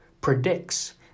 predicts